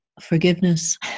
forgiveness